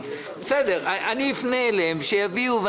אני אפנה אליהם שיביאו.